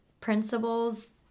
Principles